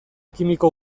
kimiko